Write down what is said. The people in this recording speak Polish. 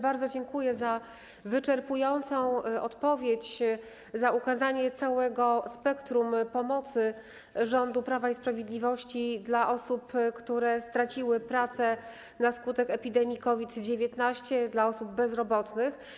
Bardzo dziękuję za wyczerpującą odpowiedź, za ukazanie całego spektrum pomocy rządu Prawa i Sprawiedliwości dla osób, które straciły pracę na skutek epidemii COVID-19, dla osób bezrobotnych.